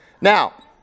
Now